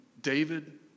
David